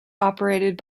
operated